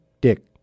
dick